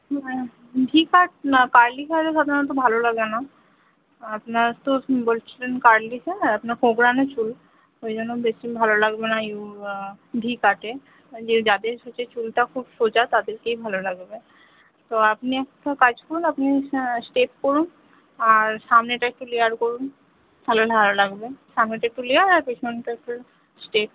ঠিক আছে না কার্লি হেয়ারে সাধারণত ভালো লাগে না আপনার তো বলছিলেন কার্লি চাই আপনার কোঁকড়ানো চুল ওইজন্য বেশি ভালো লাগবে না ইউ ভি কাটে যে যাদের হচ্ছে চুলটা খুব সোজা তাদেরকেই ভালো লাগবে তো আপনি একটা কাজ করুন আপনি স্টেপ করুন আর সামনেটা একটু লেয়ার করুন তাহলে ভালো লাগবে সামনেটা একটু লেয়ার আর পেছনটা হচ্ছে স্টেপ